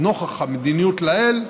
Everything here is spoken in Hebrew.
נוכח המדיניות שלעיל,